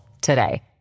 today